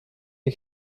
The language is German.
die